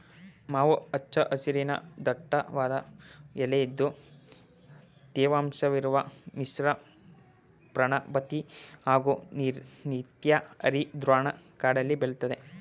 ಮಾವು ಹಚ್ಚ ಹಸಿರಿನ ದಟ್ಟವಾದ ಎಲೆಇದ್ದು ತೇವಾಂಶವಿರುವ ಮಿಶ್ರಪರ್ಣಪಾತಿ ಹಾಗೂ ನಿತ್ಯಹರಿದ್ವರ್ಣ ಕಾಡಲ್ಲಿ ಬೆಳೆತದೆ